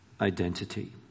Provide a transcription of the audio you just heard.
identity